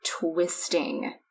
twisting